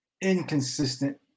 inconsistent